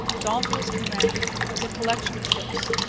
d'anville's command was a collection of ships,